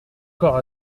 corps